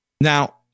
Now